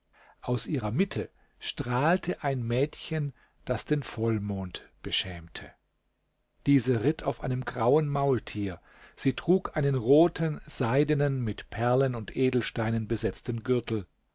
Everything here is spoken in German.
aus ihrer mitte strahlte ein mädchen das den vollmond beschämte diese ritt auf einem grauen maultier sie trug einen roten seidenen mit perlen und edelsteinen besetzten gürtel